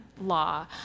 law